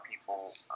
people